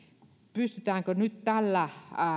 pystytäänkö nyt näillä